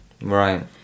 right